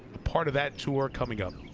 a part of that tour coming up